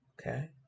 okay